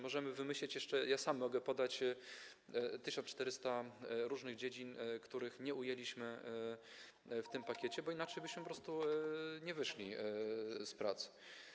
Możemy wymyśleć jeszcze, ja sam mogę podać 1400 różnych dziedzin, których nie ujęliśmy w tym pakiecie, bo inaczej byśmy po prostu nie wyszli z prac.